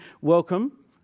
Welcome